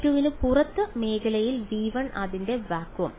V2 ന് പുറത്ത് മേഖലയിൽ V1 അതിന്റെ വാക്വം